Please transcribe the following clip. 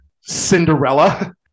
Cinderella